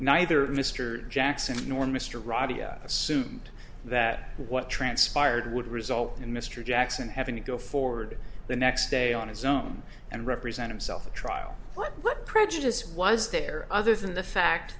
neither mr jackson nor mr robbia assumed that what transpired would result in mr jackson having to go forward the next day on his own and represent himself a trial but what prejudice was there other than the fact